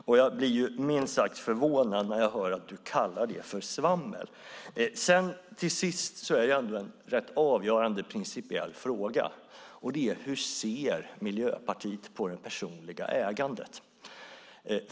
Jag blir minst sagt förvånad när jag hör att du kallar detta svammel, Åsa Romson. Till sist är det en rätt avgörande principiell fråga hur Miljöpartiet ser på det personliga ägandet.